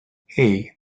hey